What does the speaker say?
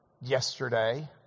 yesterday